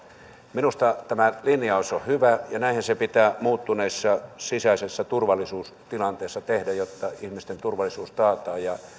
minusta tämä linjaus on hyvä ja näinhän se pitää muuttuneessa sisäisessä turvallisuustilanteessa tehdä jotta ihmisten turvallisuus taataan ja